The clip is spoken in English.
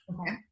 Okay